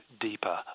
deeper